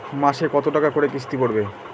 মাসে কত টাকা করে কিস্তি পড়বে?